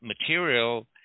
material